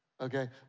Okay